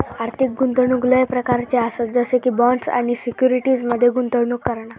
आर्थिक गुंतवणूक लय प्रकारच्ये आसत जसे की बॉण्ड्स आणि सिक्युरिटीज मध्ये गुंतवणूक करणा